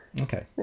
okay